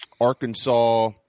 Arkansas